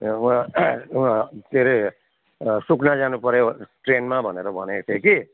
ए वहाँ वहाँ के अरे सुकुना जानुपर्यो ट्रेनमा भनेर भनेको थिएँ कि